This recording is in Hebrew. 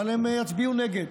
אבל הם יצביעו נגד,